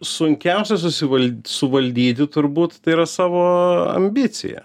sunkiausia susivaldy suvaldyti turbūt tai yra savo ambiciją